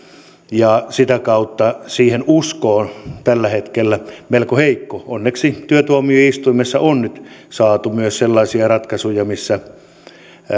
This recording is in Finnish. ja sitä kautta usko siihen tällä hetkellä on melko heikko onneksi työtuomioistuimessa on nyt saatu myös sellaisia ratkaisuja missä